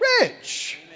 Rich